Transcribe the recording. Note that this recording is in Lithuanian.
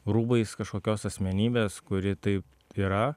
rūbais kažkokios asmenybės kuri tai yra